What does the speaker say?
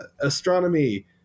astronomy